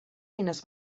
eines